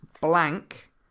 blank